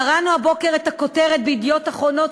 קראנו הבוקר את הכותרת ב"ידיעות אחרונות",